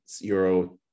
Euro